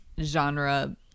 genre